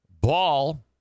Ball